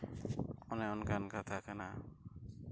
ᱚᱱᱮ ᱚᱱᱠᱟᱱ ᱠᱟᱛᱷᱟ ᱠᱟᱱᱟ